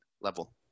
level